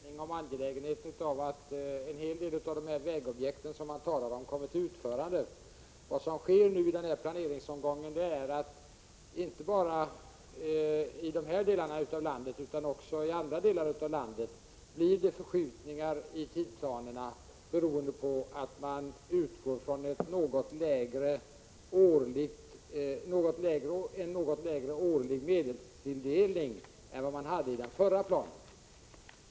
Herr talman! Det råder inte några delade meningar om angelägenheten av att en hel del av dessa vägobjekt som man talar om kommer till utförande. Vad som sker i denna planeringsomgång är att det inte bara i de här delarna av landet utan också i andra delar av landet blir förskjutningar i tidsplanerna beroende på att man utgår från en något lägre årlig medelstilldelning än vad man hade i den förra planen.